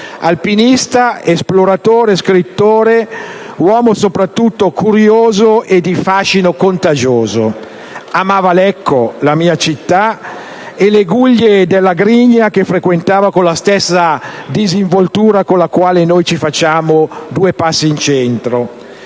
Alpinista, esploratore, scrittore, uomo soprattutto curioso e di fascino contagioso. Amava Lecco, la mia città, e le guglie della Grigna, che frequentava con la stessa disinvoltura con la quale noi facciamo due passi in centro.